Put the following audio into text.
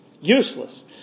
Useless